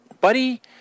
Buddy